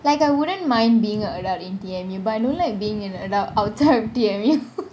like I wouldn't mind being adult in T_M_U but I don'y like being a adult outside of T_M_U